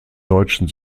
deutschen